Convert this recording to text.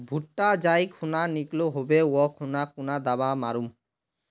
भुट्टा जाई खुना निकलो होबे वा खुना कुन दावा मार्मु?